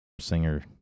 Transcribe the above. singer